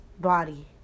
Body